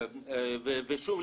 ושוב,